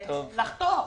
חייב לחתוך.